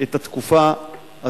את התקופה הזאת,